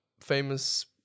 famous